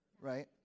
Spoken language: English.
right